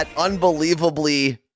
unbelievably